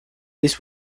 this